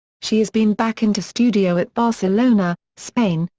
she has been back into studio at barcelona, spain,